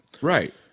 Right